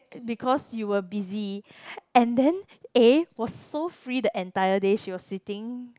because you were busy and then A was so free the entire day she was sitting